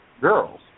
girls